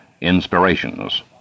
inspirations